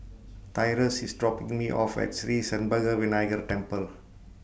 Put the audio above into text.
Tyrus IS dropping Me off At Sri Senpaga Vinayagar Temple